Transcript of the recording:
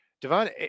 Devon